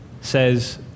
says